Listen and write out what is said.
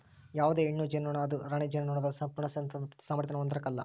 ಯಾವುದೇ ಹೆಣ್ಣು ಜೇನುನೊಣ ಅದು ರಾಣಿ ಜೇನುನೊಣದ ಸಂಪೂರ್ಣ ಸಂತಾನೋತ್ಪತ್ತಿ ಸಾಮಾರ್ಥ್ಯಾನ ಹೊಂದಿರಕಲ್ಲ